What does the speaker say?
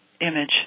image